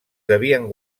devien